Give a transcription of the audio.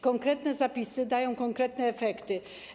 Konkretne zapisy dają konkretne efekty.